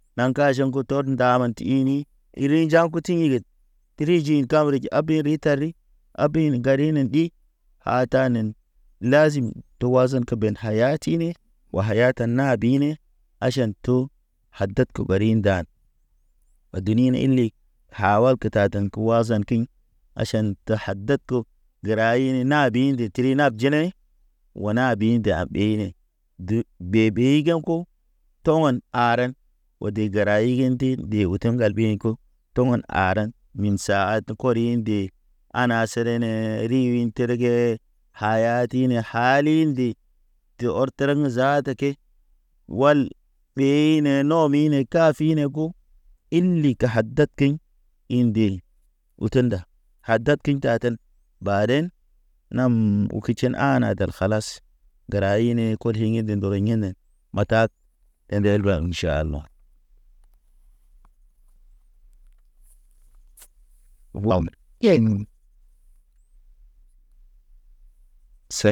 Naŋka jogo tot nda man ti ini iri jaŋ ko tḭ ŋged, iri jiŋ kaw re ja abeɲ ri ta ri. Abeɲ na ŋgari ɗi. A tanen lazim to wazan ke ben haya tine. O haya tan na bine aʃan to hadad ke ɓari ɗan. Wa dunin iley ha wal ke tatan ke wazan kiɲ aʃan te hadad ko. Gəra ini na bi nde tri nab jine, o na ɓi nda ɓee ne. Ge be ɓe jaŋ ko, to̰ wen aren o de gəra igin tin ɗe oto ŋgal ɓi ne ko to̰ ŋgon aren, min saa at kɔri de. Ana sere ne ri win tere ge. Haya tine ha lindi te ɔr təreŋ zaata ke. Wal ɓee ine nɔmi ne kafine ko il li ga hadad keɲ, in ndil oto nda, hadad kinja ten. Baden nam ukutʃen ana dar kalas gəra ine kot hiŋgi de ndɔrɔ hine. Ma tak endel beɲ ʃalo̰. Wam iyen